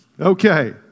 Okay